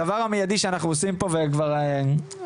הדבר המיידי שאנחנו עושים פה וכבר אביגייל